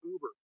Uber